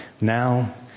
Now